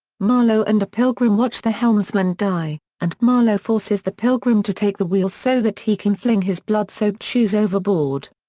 marlow and a pilgrim watch the helmsman die, and marlow forces the pilgrim to take the wheel so that he can fling his blood-soaked shoes overboard.